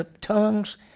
tongues